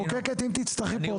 להסתדר בלי